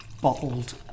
bottled